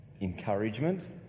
encouragement